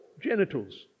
genitals